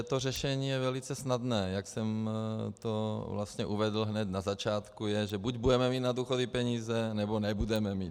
To řešení je velice snadné, jak jsem to vlastně uvedl hned na začátku, že buď budeme mít na důchody peníze, nebo nebudeme mít.